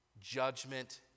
Judgment